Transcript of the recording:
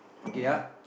okay ah